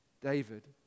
David